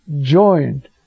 joined